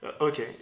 Okay